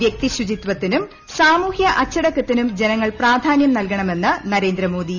വൃക്തി ശുചിത്വത്തിനും സാമൂഹ്യ അച്ചടക്കത്തിനും ജനങ്ങൾ പ്രാധാനൃം നൽകണമെന്ന് നരേന്ദ്രമോദി